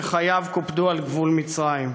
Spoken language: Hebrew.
שחייו קופדו על גבול מצרים.